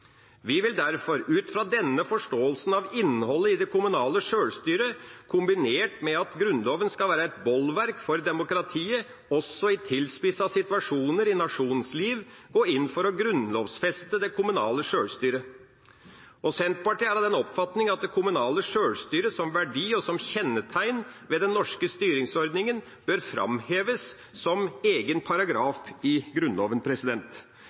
Vi vil derfor, ut fra denne forståelsen av innholdet i det kommunale sjølstyret, kombinert med at Grunnloven skal være et bolverk for demokratiet også i tilspissede situasjoner i nasjonens liv, gå inn for å grunnlovfeste det kommunale sjølstyret. Senterpartiet er av den oppfatning at det kommunale sjølstyret som verdi og som kjennetegn ved den norske styringsordningen bør framheves som egen paragraf i Grunnloven.